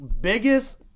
biggest